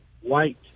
white